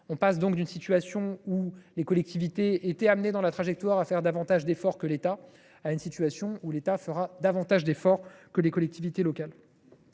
On passe donc d’une situation où les collectivités étaient amenées dans la trajectoire à faire davantage d’efforts que l’État à une situation où l’État réalisera plus d’efforts que les collectivités locales.